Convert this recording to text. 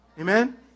Amen